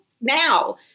now